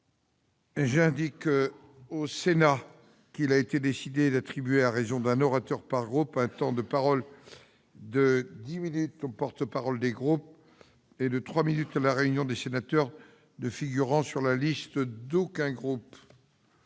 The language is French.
J'indique au Sénat qu'il a été décidé d'attribuer, à raison d'un orateur par groupe, un temps de parole de dix minutes aux porte-parole des groupes et de trois minutes à la réunion des sénateurs ne figurant sur la liste d'aucun groupe.